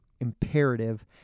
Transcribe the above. imperative